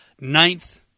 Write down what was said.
ninth